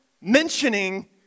mentioning